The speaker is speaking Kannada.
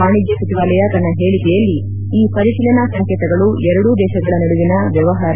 ವಾಣಿಜ್ಞ ಸಚಿವಾಲಯ ತನ್ನ ಹೇಳಿಕೆಯಲ್ಲಿ ಈ ಪರಿಶೀಲನಾ ಸಂಕೇತಗಳು ಎರಡೂ ದೇಶಗಳ ನಡುವಿನ ವ್ಯವಹಾರ